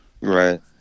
right